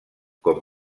com